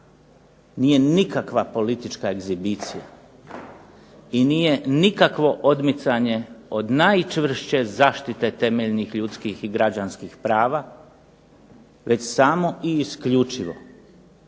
nije nikakva politička ekshibicija i nije nikakvo odmicanje od najčvršće zaštite temeljnih ljudskih i građanskih prava već samo i isključivo